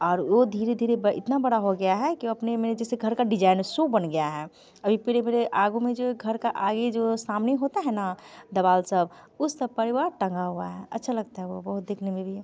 और वो धीरे धीरे इतना बड़ा हो गया है कि अपने में वो जैसे घर का डिजाइन सो बन गया है अभी फिर ये फिर ये आगे में जो घर का आगे में जो घर के सामने होता है ना दीवार सब उस सब पर वह टंगा हुआ है अच्छा लगता है वो बहुत देखने में भी